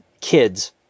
kids